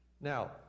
Now